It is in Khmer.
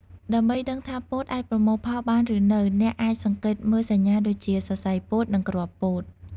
ដើម្បីដឹងថាពោតអាចប្រមូលផលបានឬនៅ អ្នកអាចសង្កេតមើលសញ្ញាដូចជា សរសៃពោត និងគ្រាប់ពោត។